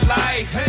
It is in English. life